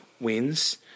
wins